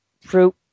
fruit